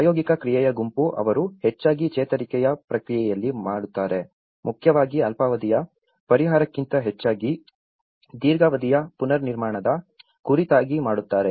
ಪ್ರಾಯೋಗಿಕ ಕ್ರಿಯೆಯ ಗುಂಪು ಅವರು ಹೆಚ್ಚಾಗಿ ಚೇತರಿಕೆಯ ಪ್ರಕ್ರಿಯೆಯಲ್ಲಿ ಮಾಡುತ್ತಾರೆ ಮುಖ್ಯವಾಗಿ ಅಲ್ಪಾವಧಿಯ ಪರಿಹಾರಕ್ಕಿಂತ ಹೆಚ್ಚಾಗಿ ದೀರ್ಘಾವಧಿಯ ಪುನರ್ನಿರ್ಮಾಣದ ಕುರಿತಾಗಿ ಮಾಡುತ್ತಾರೆ